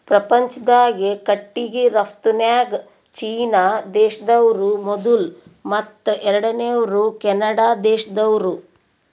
ಪ್ರಪಂಚ್ದಾಗೆ ಕಟ್ಟಿಗಿ ರಫ್ತುನ್ಯಾಗ್ ಚೀನಾ ದೇಶ್ದವ್ರು ಮೊದುಲ್ ಮತ್ತ್ ಎರಡನೇವ್ರು ಕೆನಡಾ ದೇಶ್ದವ್ರು